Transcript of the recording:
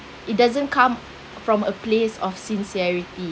it doesn't come from a place of sincerity